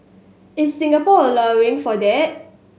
is Singapore allowing for that